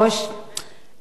של מפעל "קיקה",